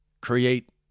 create